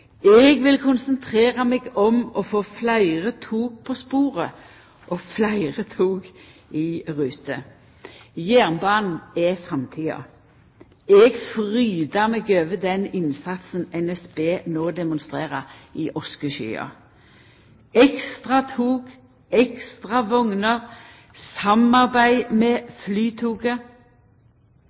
vil konsentrera meg om å få fleire tog på sporet, og fleire tog i rute. Jernbanen er framtida. Eg frydar meg over den innsatsen NSB no demonstrerer i oskeskya: ekstra tog, ekstra vogner og samarbeid med Flytoget.